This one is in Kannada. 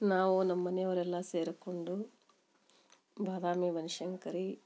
ನಾವು ನಮ್ಮ ಮನೆಯವರೆಲ್ಲ ಸೇರ್ಕೊಂಡು ಬಾದಾಮಿ ಬನಶಂಕರಿ